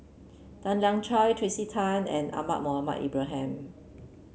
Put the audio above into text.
Tan Lian Chye Tracey Tan and Ahmad Mohamed Ibrahim